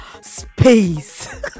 space